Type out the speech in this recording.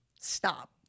stop